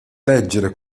leggere